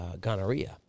gonorrhea